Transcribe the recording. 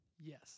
Yes